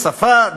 שפה,